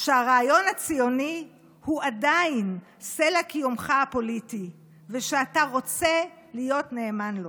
שהרעיון הציוני הוא עדיין סלע קיומך הפוליטי ושאתה רוצה להיות נאמן לו.